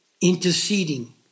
interceding